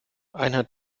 einheit